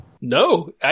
No